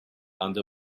under